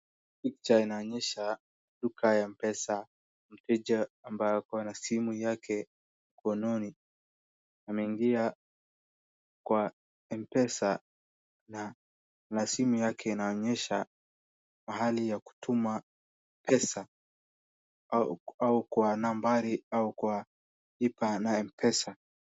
Picha inaonyesha duka ya mpesa, ni picha ambayo ako na simu yake mkononi, ameingia kwa mpesa na simu yake inaonyesha mahali ya kutuma pesa, au kwa nambari au kwa lipa na mpesa.